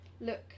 look